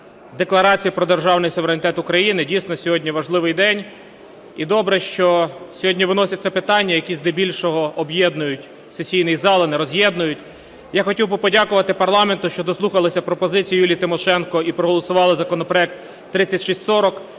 Декларації про державний суверенітет України. Дійсно, сьогодні важливий день, і добре, що сьогодні виносяться питання, які здебільшого об'єднують сесійний зал, а не роз'єднують. Я хотів би подякувати парламенту, що дослухалися пропозиції Юлії Тимошенко і проголосували законопроект 3640,